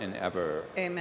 and ever and